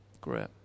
Great